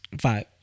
five